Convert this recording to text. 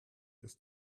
ist